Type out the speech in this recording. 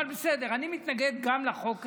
אבל בסדר, אני מתנגד גם לחוק הזה,